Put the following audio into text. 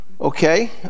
okay